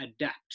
adapt